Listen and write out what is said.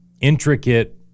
intricate